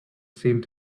seemed